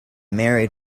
married